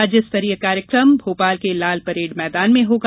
राज्य स्तरीय कार्यक्रम पर भोपाल के लाल परेड मैदान में होगा